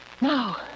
Now